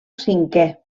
cinquè